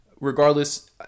regardless